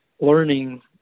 learning